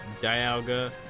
Dialga